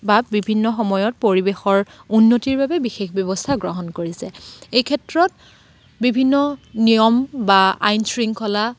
বা বিভিন্ন সময়ত পৰিৱেশৰ উন্নতিৰ বাবে বিশেষ ব্যৱস্থা গ্ৰহণ কৰিছে এই ক্ষেত্ৰত বিভিন্ন নিয়ম বা আইন শৃংখলা